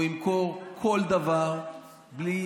הוא ימכור כל דבר בלי